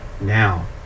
now